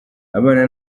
abana